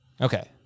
Okay